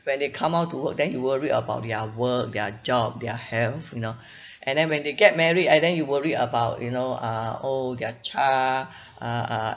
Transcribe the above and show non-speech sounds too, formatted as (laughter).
when they come out to work then you worry about their work their job their health you know (breath) and then when they get married and then you worry about you know uh oh their child (breath) uh uh